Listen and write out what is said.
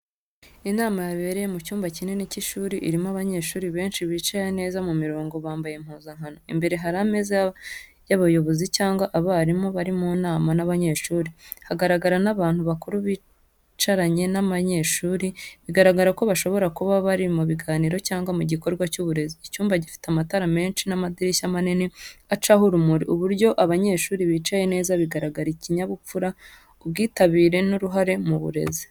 Inama yabereye mu cyumba kinini cy’ishuri, irimo abanyeshuri benshi bicaye neza mu mirongo, bambaye impuzankano. Imbere hari ameza y’abayobozi cyangwa abarimu bari mu nama n’abanyeshuri. Haragaragara n’abantu bakuru bicaranye n’abanyeshuri, bigaragaza ko bashobora kuba bari mu biganiro cyangwa mu gikorwa cy’uburezi. Icyumba gifite amatara menshi n’amadirishya manini acaho urumuri. Uburyo abanyeshuri bicaye neza bigaragaza ikinyabupfura, ubwitabire n’uruhare mu burezi.